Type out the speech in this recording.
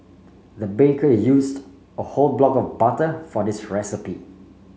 the baker used a whole block of butter for this recipe